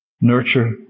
Nurture